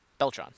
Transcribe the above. Beltron